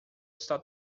está